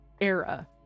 era